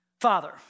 Father